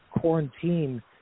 quarantine